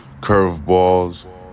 curveballs